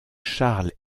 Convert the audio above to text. charles